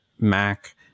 mac